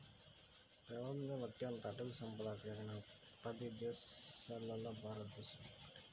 ప్రపంచంలో అత్యంత అటవీ సంపద కలిగిన పది దేశాలలో భారతదేశం ఒకటి